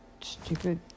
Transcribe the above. stupid